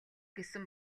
гэсэн